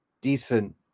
decent